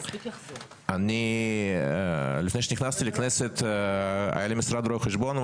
אני לפני שנכנסתי לכנסת, היה לי משרד רואה חשבון.